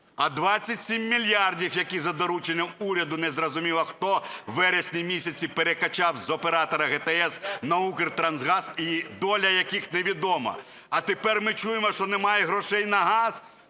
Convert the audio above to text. А 27 мільярдів, які за дорученням уряду незрозуміло хто у вересні місяці перекачав з Оператора ГТС на Укртрансгаз і доля яких невідома? А тепер ми чуємо, що немає грошей на газ?